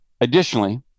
Additionally